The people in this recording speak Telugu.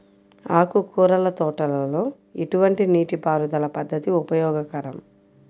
ఆకుకూరల తోటలలో ఎటువంటి నీటిపారుదల పద్దతి ఉపయోగకరం?